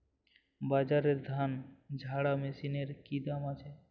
বাজারে ধান ঝারা মেশিনের কি দাম আছে?